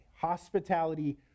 Hospitality